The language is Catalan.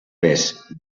pes